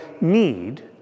need